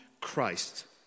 Christ